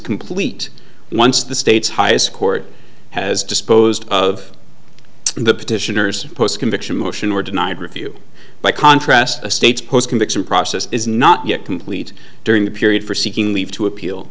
complete once the state's highest court has disposed of the petitioners post conviction motion or denied review by contrast a state's post conviction process is not yet complete during the period for seeking leave to appeal